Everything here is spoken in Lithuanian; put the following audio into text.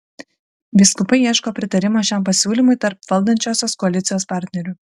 vyskupai ieško pritarimo šiam pasiūlymui tarp valdančiosios koalicijos partnerių